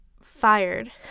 fired